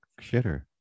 shitter